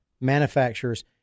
manufacturers